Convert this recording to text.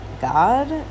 God